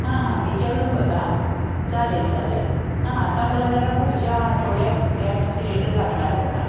हां हां विचारून बघा चालेल चालेल हां आता मला जरा पुढच्या आठवड्यात गॅस सिलेंडर लागणार होता